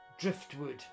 driftwood